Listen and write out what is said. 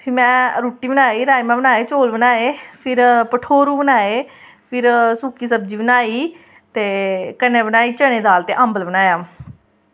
फ्ही में रुट्टी बनाई राजमा बनाए चौल बनाए फिर भठोरू बनाए फिर सुक्की सब्जी बनाई ते कन्नै बनाई चने दी दाल ते अम्बल बनाया